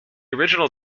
original